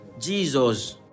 Jesus